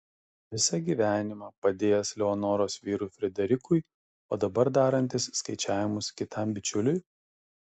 visą gyvenimą padėjęs leonoros vyrui frederikui o dabar darantis skaičiavimus kitam bičiuliui